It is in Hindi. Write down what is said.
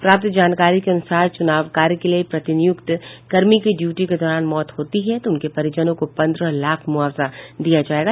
प्राप्त जानकारी के अनुसार चुनाव कार्य के लिए प्रतिनियुक्ति कर्मी की ड्यूटी के दौरान मौत होती है तो उनके परिजनों को पन्द्रह लाख मुआवजा दिया जायेगा